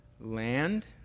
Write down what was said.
land